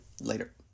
Later